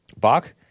Bach